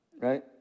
right